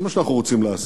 זה מה שאנחנו רוצים להשיג.